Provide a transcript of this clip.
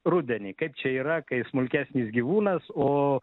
rudenį kaip čia yra kai smulkesnis gyvūnas o